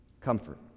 comfort